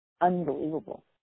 unbelievable